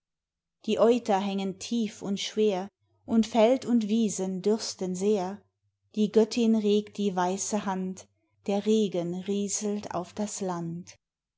die euter hängen tief und schwer und feld und wiesen dürsten sehr die göttin regt die weiße hand der regen rieselt auf das land